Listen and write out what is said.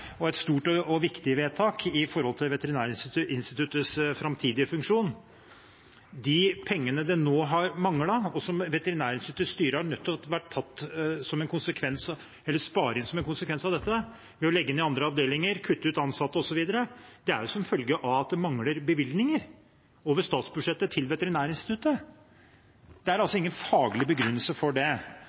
øvrig et fornuftig vedtak, og et stort og viktig vedtak med tanke på Veterinærinstituttets framtidige funksjon. De pengene som nå har manglet, og som Veterinærinstituttets styre som en konsekvens av dette har vært nødt til å spare inn ved å legge ned andre avdelinger, kutte antall ansatte osv., er en følge av at det mangler bevilgninger over statsbudsjettet til Veterinærinstituttet. Det er altså ingen faglig begrunnelse for det.